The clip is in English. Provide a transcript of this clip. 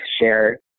share